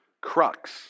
crux